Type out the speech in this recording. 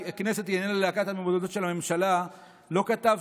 "הכנסת היא איננה להקת המעודדות של הממשלה" לא כתבת